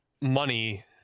money